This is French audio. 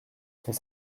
cent